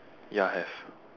ya have